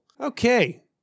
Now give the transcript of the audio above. Okay